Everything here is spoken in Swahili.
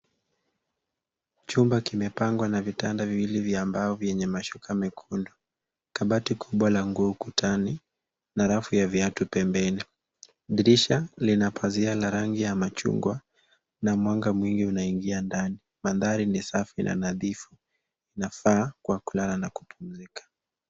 Chumba kimepambwa na vitanda viwili vya mbao vyenye mashuka mekundu, kabati kubwa la nguo ukutani na rafu ya viatu pembeni, Dirisha ina pazia la rangi ya machungwa na mwanga mwingi una ingia ndani. Mandhari ni safi na nadhifu ina faa kwa kulala na kupmzika.